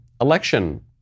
election